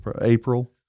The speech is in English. April